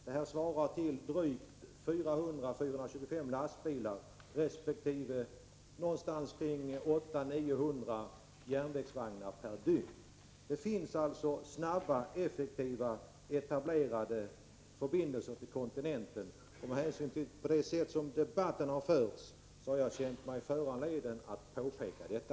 Detta svarar mot 400-425 lastbilar resp. 800-900 järnvägsvagnar per dygn. Det finns alltså etablerade snabba och effektiva förbindelser med kontinenten. Med hänsyn till det sätt på vilket denna debatt har förts har jag känt mig föranledd att påpeka detta.